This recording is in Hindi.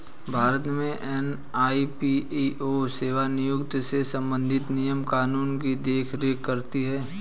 भारत में ई.पी.एफ.ओ सेवानिवृत्त से संबंधित नियम कानून की देख रेख करती हैं